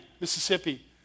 Mississippi